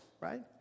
right